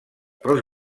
pels